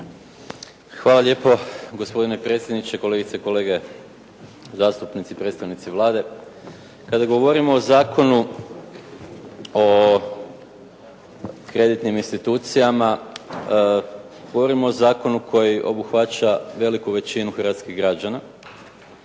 Hvala lijepo gospodine predsjedniče, kolegice i kolege zastupnici, predstavnici Vlade. Kada govorimo o Zakonu o kreditnim institucijama govorimo o zakonu koji obuhvaća veliku većinu hrvatskih građana.